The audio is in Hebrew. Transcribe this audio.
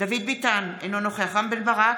דוד ביטן, אינו נוכח רם בן ברק,